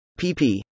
pp